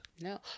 No